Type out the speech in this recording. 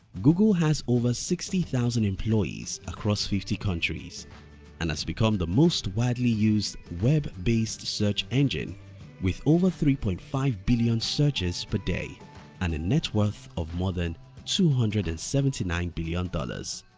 google has over sixty thousand employees across fifty countries and has become the most widely used web-based search engine with over three point five billion searches per day and a net worth of more than two hundred and seventy nine billion dollars.